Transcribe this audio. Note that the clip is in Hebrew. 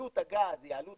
עלות הגז היא העלות